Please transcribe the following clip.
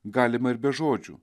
galima ir be žodžių